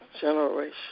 generation